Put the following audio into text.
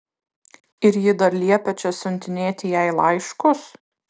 ir ji dar liepia čia siuntinėti jai laiškus